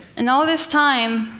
and all this time,